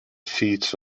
feeds